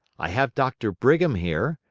i have doctor brigham here,